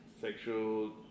sexual